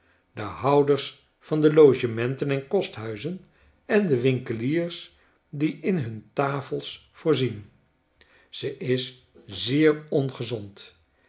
de houders van de logementen en kosthuizen en de winkeliers die in hun tafels voorzien ze is zeer ongezond